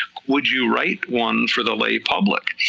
would you write one for the lay public?